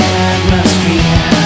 atmosphere